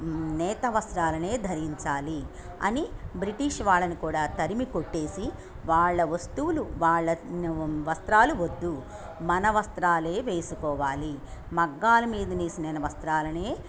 నేత వస్త్రాలనే ధరించాలి అని బ్రిటిష్ వాళ్ళని కూడా తరిమికొట్టేసి వాళ్ళ వస్తువులు వాళ్ళ వస్త్రాలు వద్దు మన వస్త్రాలే వేసుకోవాలి మగ్గాల మీద నేసిన వస్త్రాలనే